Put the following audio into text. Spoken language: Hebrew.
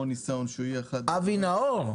המון ניסיון --- אבי נאור?